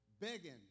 begging